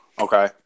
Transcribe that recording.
okay